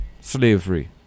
slavery